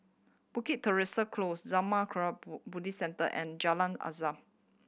Bukit Teresa Close Zurmang Kagyud Buddhist Centre and Jalan Azam